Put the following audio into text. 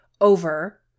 over